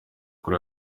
kuri